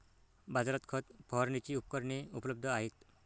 बाजारात खत फवारणीची उपकरणे उपलब्ध आहेत